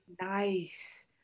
Nice